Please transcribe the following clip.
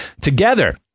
Together